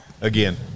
Again